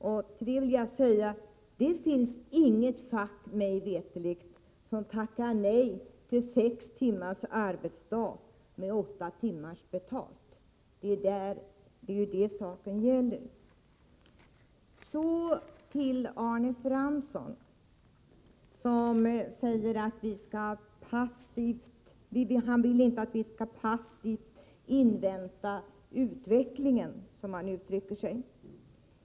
Till detta vill jag säga att det mig veterligt inte finns något fack som tackar nej till sex timmars arbetsdag med åtta timmars lön. Det är ju detta saken gäller. Arne Fransson vill inte att vi skall passivt invänta utvecklingen, som han uttrycker sig.